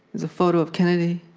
was a photo of kennedy,